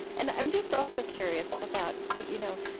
and i'm just also curious about, you know,